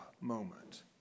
moment